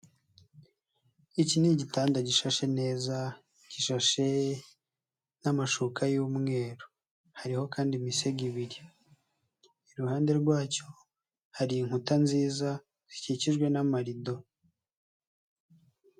Iki ni igitanda gishashe neza gishashe n'amashuka y'umweru hariho kandi imisego ibiri, iruhande rwacyo hari inkuta nziza zikikijwe n'amarido.